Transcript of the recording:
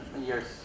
years